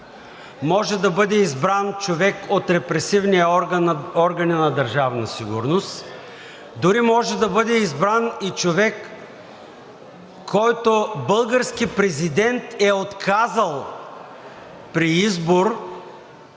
може да бъде избран човек от репресивния орган и на Държавна сигурност, дори може да бъде избран и човек, който български президент е отказал при избор